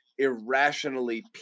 irrationally